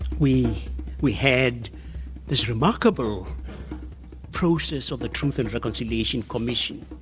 we we had this remarkable process of the truth and reconciliation commission.